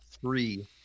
three